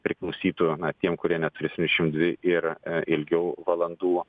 priklausytų na tiem kurie ne trisdešims dvi ir ilgiau valandų